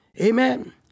Amen